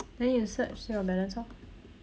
then you search sale of balance orh